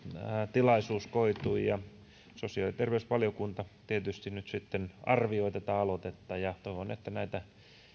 tilaisuus koitui sosiaali ja terveysvaliokunta tietysti nyt sitten arvioi tätä aloitetta ja toivon että näitä